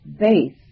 base